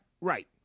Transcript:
Right